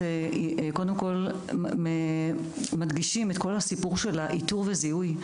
קודם כל מדגישים את כל הסיפור של האיתור וזיהוי,